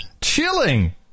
Chilling